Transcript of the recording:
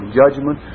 judgment